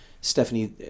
Stephanie